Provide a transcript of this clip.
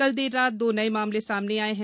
कल देर रात दो नए मामले सामने आये हैं